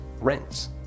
rents